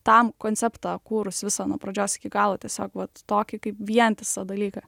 tam konceptą kūrus visą nuo pradžios iki galo tiesiog vat tokį kaip vientisą dalyką